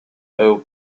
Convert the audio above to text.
old